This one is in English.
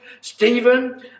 Stephen